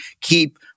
keep